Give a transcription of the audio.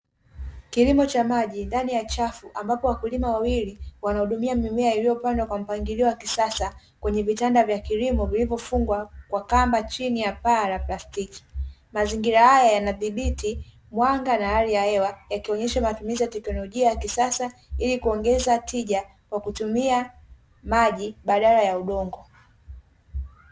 Kilimo cha maji ndani ya chafu ambapo wakulima wawili wanahudumia mimea iliyopandwa kwa mpangilio wa kisasa kwenye vitanda vya kilimo vilivyofungwa kwa kamba chini ya paa la plastiki. Mazingira haya yanadhibiti mwanga na hali ya hewa yakionyesha matumizi ya teknolojia ya kisasa ili kuongeza tija kwa kutumia maji badala ya udongo.